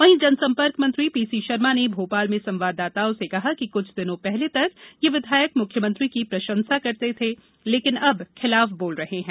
वहीं जनसंपर्क मंत्री पीसी शर्मा ने भोपाल में संवाददाताओं से कहा कि कुछ दिनों पहले तक ये विधायक मुख्यमंत्री की प्रशंसा करते थे लेकिन अब खिलाफ बोल रहे हैं